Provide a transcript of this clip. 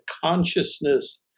consciousness